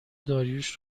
داریوش